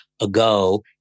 ago